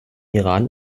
iran